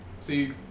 see